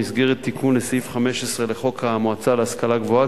במסגרת תיקון לסעיף 15 לחוק המועצה להשכלה גבוהה,